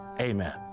Amen